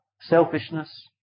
selfishness